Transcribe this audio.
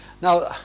Now